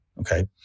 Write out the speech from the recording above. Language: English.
Okay